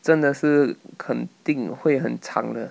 真的是肯定会很长的